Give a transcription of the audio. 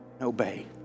obey